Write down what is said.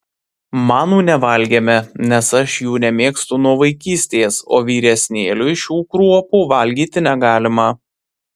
manų nevalgėme nes aš jų nemėgstu nuo vaikystės o vyresnėliui šių kruopų valgyti negalima